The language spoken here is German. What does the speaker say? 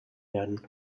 werden